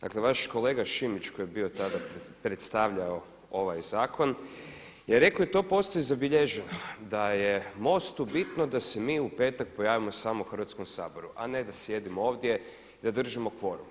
Dakle, vaš kolega Šimić koji je bio tada predstavljao ovaj zakon je rekao i to postoji zabilježeno, da je MOST-u bitno da se mi u petak pojavimo samo u Hrvatskom saboru, a ne da sjedimo ovdje, da držimo kvorum.